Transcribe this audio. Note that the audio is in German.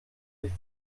sich